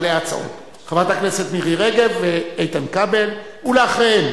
חברת הכנסת מירי רגב, אחריה, איתן כבל, אחריהם